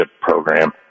program